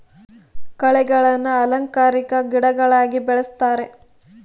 ಕಳೆಗಳನ್ನ ಅಲಂಕಾರಿಕ ಗಿಡಗಳನ್ನಾಗಿ ಬೆಳಿಸ್ತರೆ